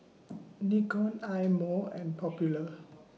Nikon Eye Mo and Popular